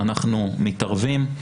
אנחנו מתערבים,